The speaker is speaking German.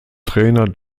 trainer